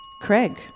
Craig